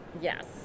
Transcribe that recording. yes